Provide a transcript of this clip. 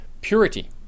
Purity